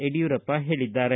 ಯಡಿಯೂರಪ್ಪ ಹೇಳಿದ್ದಾರೆ